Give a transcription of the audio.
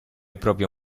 proprio